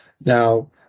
Now